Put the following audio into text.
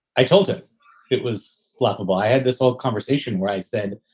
i told him it was laughable. i had this whole conversation where i said,